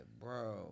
bro